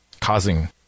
causing